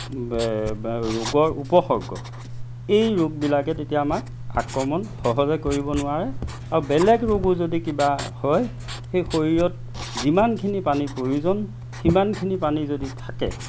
ৰোগৰ উপসৰ্গ এই ৰোগবিলাকে তেতিয়া আমাক আক্ৰমণ সহজে কৰিব নোৱাৰে আৰু বেলেগ ৰোগো যদি কিবা হয় সেই শৰীৰত যিমানখিনি পানীৰ প্ৰয়োজন সিমানখিনি পানী যদি থাকে